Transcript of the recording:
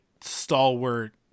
stalwart